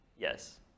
Yes